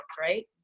right